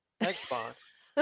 Xbox